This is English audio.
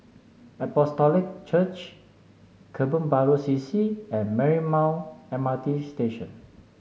Apostolic Church Kebun Baru C C and Marymount M R T Station